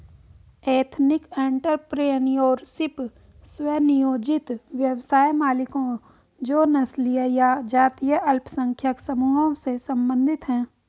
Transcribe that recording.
ethnic entrepreneurship, स्व नियोजित व्यवसाय मालिकों जो नस्लीय या जातीय अल्पसंख्यक समूहों से संबंधित हैं